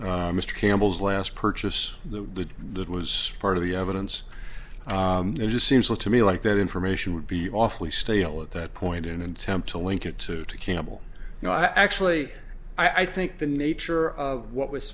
after mr campbell's last purchase the that was part of the evidence it just seems to me like that information would be awfully stale at that point in an attempt to link it to to campbell you know i actually i think the nature of what was